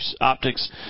optics